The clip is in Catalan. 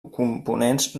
components